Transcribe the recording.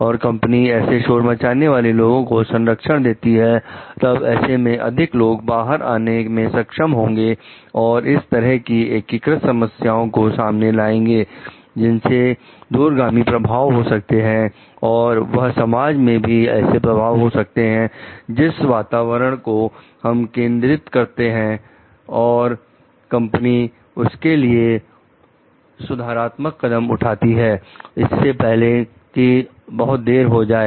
और कंपनी ऐसे शोर मचाने वाले व्यक्ति को संरक्षण देती है तब ऐसे में अधिक लोग बाहर आने में सक्षम होंगे और इस तरह की एकीकृत समस्याओं को सामने लाएंगे जिनसे दूरगामी प्रभाव हो सकते हैं और वह समाज में भी ऐसे प्रभाव हो सकते हैं जिस वातावरण को हम केंद्रित करते हैं और कंपनी उसके लिए सुधारात्मक कदम उठाती है इससे पहले कि बहुत देर हो जाए